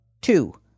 Two